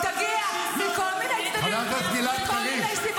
היא תגיע מכל מיני צדדים, מכל מיני סיבות.